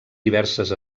diverses